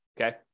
Okay